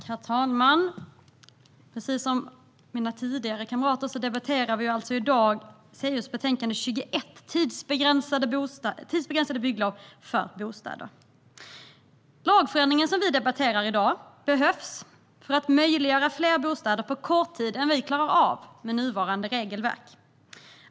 Herr talman! Precis som mina kamrater sagt tidigare debatterar vi i dag betänkande CU21 om tidsbegränsande bygglov för bostäder. Den lagförändring som vi debatterar behövs för att möjliggöra fler bostäder på kortare tid än vad vi klarar av med nuvarande regelverk.